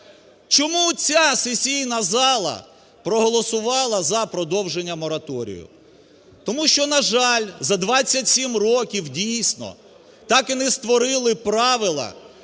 Чому ця сесійна зала проголосувала за продовження мораторію? Тому що, на жаль, за 27 років, дійсно, так і не створили правила